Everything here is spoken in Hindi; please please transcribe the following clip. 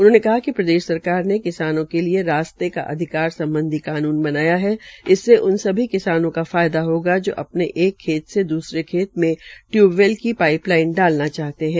उन्होंने कहा कि प्रदेश सरकार ने किसानों के लिए रास्ते का अधिकार सम्बधी कानून बनाया है इसमे उन सभी किसानों को फायदा होगा जो अपनी एक खेत से दूसरे खेत में टयूब्वैल की पाइप लाइन डालना चाहते है